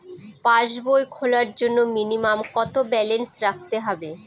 পাসবই খোলার জন্য মিনিমাম কত ব্যালেন্স রাখতে হবে?